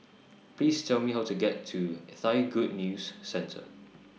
Please Tell Me How to get to Thai Good News Centre